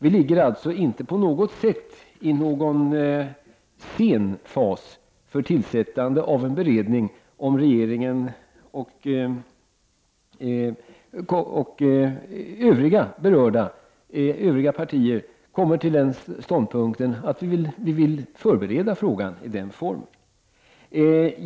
Vi ligger alltså inte på något sätt i en sen fas för tillsättande av en beredning, om regeringen och övriga partier kommer till den ståndpunkten att vi vill förbereda frågan i den formen.